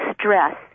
stress